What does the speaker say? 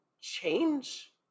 change